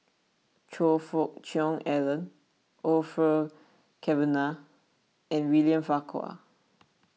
Choe Fook Cheong Alan Orfeur Cavenagh and William Farquhar